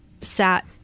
sat